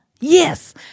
Yes